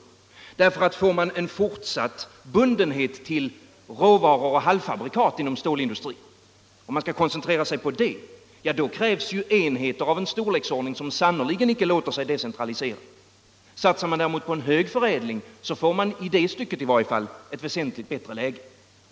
Om man skall koncentrera sig på en fortsatt bundenhet till råvaror och halvfabrikat inom stålindustrin, krävs enheter av en storleksordning som sannerligen icke låter sig decentraliseras. Satsar man däremot på en hög förädling, får man i det stycket i varje fall ett väsentligt bättre läge.